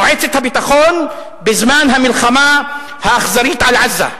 מועצת הביטחון בזמן המלחמה האכזרית על עזה.